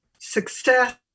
success